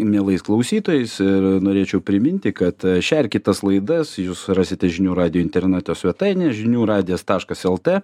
mielais klausytojais ir norėčiau priminti kad šią ir kitas laidas jūs rasite žinių radijo interneto svetainėje žinių radijas taškas lt